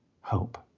hope